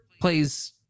plays